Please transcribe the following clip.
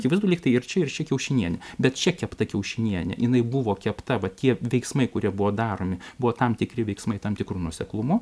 akivaizdu lygtai ir čia ir čia kiaušinienė bet čia kepta kiaušinienė jinai buvo kepta va tie veiksmai kurie buvo daromi buvo tam tikri veiksmai tam tikru nuoseklumu